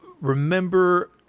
Remember